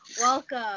Welcome